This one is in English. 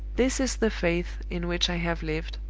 this is the faith in which i have lived,